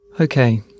Okay